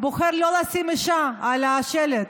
בוחר לא לשים אישה על השלט.